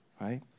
right